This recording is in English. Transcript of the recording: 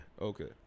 Okay